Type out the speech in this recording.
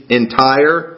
entire